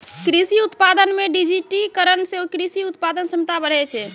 कृषि उत्पादन मे डिजिटिकरण से कृषि उत्पादन क्षमता बढ़ै छै